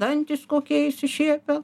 dantys kokie išsišiepę